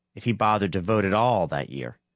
if he bothered to vote at all that year.